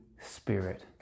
Spirit